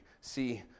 see